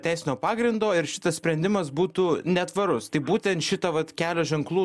teisinio pagrindo ir šitas sprendimas būtų netvarus tai būtent šitą vat kelio ženklų